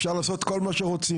אפשר לעשות כל מה שרוצים.